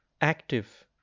active